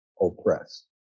oppressed